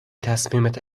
تصمیمت